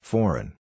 Foreign